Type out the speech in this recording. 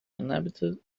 inhabited